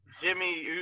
Jimmy –